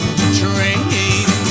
train